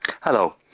Hello